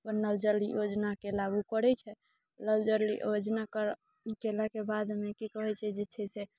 नल जल योजनाके लागू करै छै नल जल योजना कऽ केलाके बादमे की कहै छै जे छै से